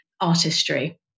artistry